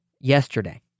yesterday